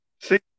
See